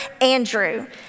Andrew